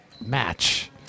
match